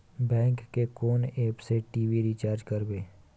Bank के कोन app से टी.वी रिचार्ज करबे?